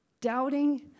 doubting